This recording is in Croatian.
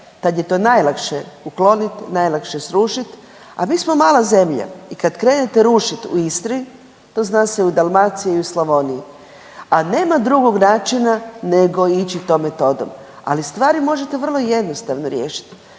tad je to najlakše uklonit, najlakše srušit, a mi smo mala zemlja i kad krenete rušit u Istri to zna se i u Dalmaciji i u Slavoniji, a nema drugog načina nego ići tom metodom. Ali stvari možete vrlo jednostavno riješiti.